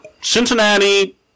Cincinnati